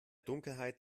dunkelheit